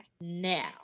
Now